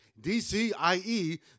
DCIE